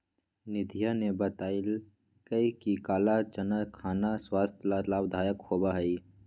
निधिया ने बतल कई कि काला चना खाना स्वास्थ्य ला लाभदायक होबा हई